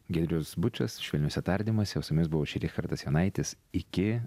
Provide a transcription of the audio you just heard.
giedrius bučas švelniuose tardymuose o su jumis buvau aš richardas jonaitis iki